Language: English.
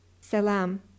Salam